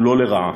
וכולו לרעה: